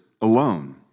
alone